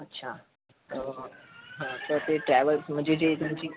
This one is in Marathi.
अच्छा तर ते ट्रॅवल्स म्हणजे जे तुमची